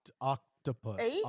Octopus